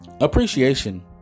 Appreciation